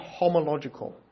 Homological